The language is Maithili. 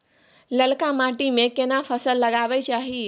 ललका माटी में केना फसल लगाबै चाही?